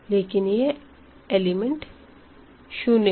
लेकिन यह एलिमेंट शुन्य है